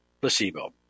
Placebo